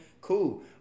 cool